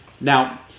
Now